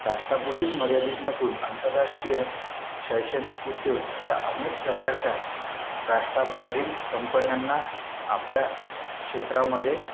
राष्ट्रापुरतीच मर्यादित नसून आंतरराष्ट्रीय शैक्षणिक उद्योग अशा अनेक प्रकारच्या राष्ट्राबाहेरील कंपन्यांना आपल्या क्षेत्रामध्ये